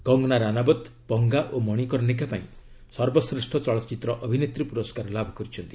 କଙ୍ଗନା ରାନାବତ୍ 'ପଙ୍ଗା' ଓ 'ମଣିକର୍ଷିକା' ପାଇଁ ସର୍ବଶ୍ରେଷ୍ଠ ଚଳଚ୍ଚିତ୍ର ଅଭିନେତ୍ରୀ ପୁରସ୍କାର ଲାଭ କରିଛନ୍ତି